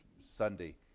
Sunday